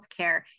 healthcare